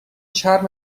چرم